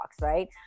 right